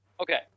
Okay